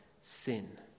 sin